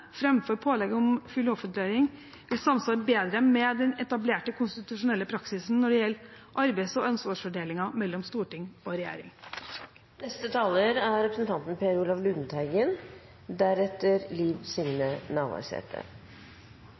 pålegg om full offentliggjøring vil samsvare bedre med den etablerte konstitusjonelle praksisen når det gjelder arbeids- og ansvarsfordelingen mellom storting og regjering. Det er